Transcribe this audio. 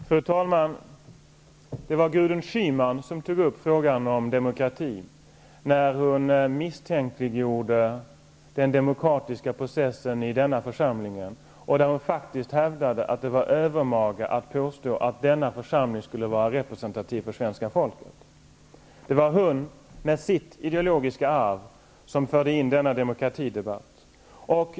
Fru talman! Det var Gudrun Schyman som tog upp frågan om demokrati när hon misstänkliggjorde den demokratiska processen i denna församling. Hon hävdade faktiskt att det var övermaga att påstå att denna församling skulle vara representativ för svenska folket. Det var hon, med sitt ideologiska arv, som förde in denna demokratidebatt.